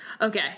Okay